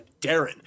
Darren